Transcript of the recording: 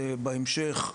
ובהמשך,